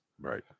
right